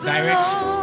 Direction